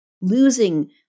losing